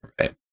right